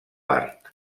art